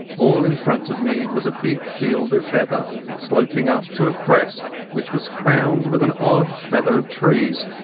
all in front of me was a big field of heather sloping up to a crest which was crowned with an odd feather of trees.